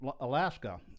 Alaska